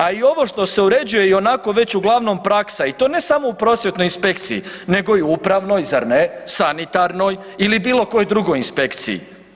A i ovo što se uređuje je ionako već uglavnom praksa i to ne samo u prosvjetnoj inspekciji, nego i u upravnoj zar ne, sanitarnoj ili bilo kojoj drugoj inspekciji.